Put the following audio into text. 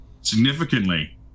significantly